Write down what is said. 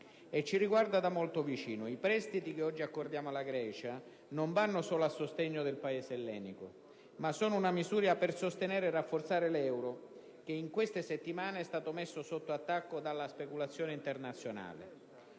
ci riguarda tutti, e molto da vicino. I prestiti che oggi accordiamo alla Grecia non vanno solo a sostegno del Paese ellenico; sono una misura per sostenere e rafforzare l'euro, che in queste settimane è stato messo sotto attacco dalla speculazione internazionale.